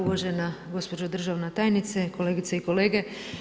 Uvažena gospođo državna tajnice, kolegice i kolege.